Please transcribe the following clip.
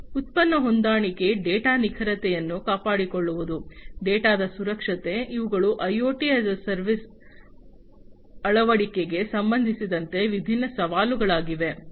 ಉತ್ಪನ್ನ ಹೊಂದಾಣಿಕೆ ಡೇಟಾ ನಿಖರತೆಯನ್ನು ಕಾಪಾಡಿಕೊಳ್ಳುವುದು ಡೇಟಾದ ಸುರಕ್ಷತೆ ಇವುಗಳು ಐಒಟಿ ಯಾಸ್ ಎ ಸೇವೆಯ ಅಳವಡಿಕೆಗೆ ಸಂಬಂಧಿಸಿದಂತೆ ವಿಭಿನ್ನ ಸವಾಲುಗಳಾಗಿವೆ